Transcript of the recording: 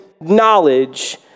knowledge